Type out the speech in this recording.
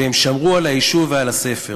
והם שמרו על היישוב ועל הספר.